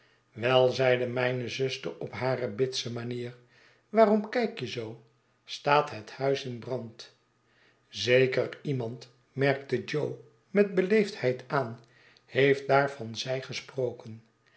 wei zeide mijne zuster op hare bitse manier waarom kijk je zoo staat het huis in brand zeker iemand merkte jo met beleefdheid aan heeft daar van zij gesprokem